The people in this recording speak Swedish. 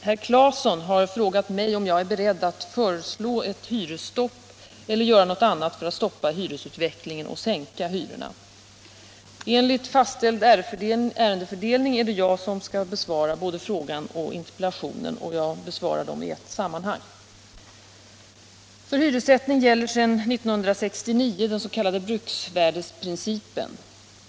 Herr Claeson har frågat mig om jag är beredd att föreslå ett hyresstopp eller göra något annat för att stoppa hyresutvecklingen och sänka hyrorna. Enligt fastställd ärendefördelning är det jag som skall besvara både frågan och interpellationen. Jag besvarar dem i ett sammanhang. För hyressättning gäller sedan år 1969 den s.k. bruksvärdesprincipen.